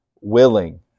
willing